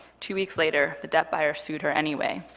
two weeks later, the debt buyer sued her anyway.